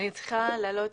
אני צריכה לצאת.